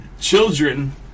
children